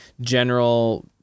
general